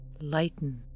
lighten